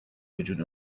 بوجود